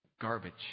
garbage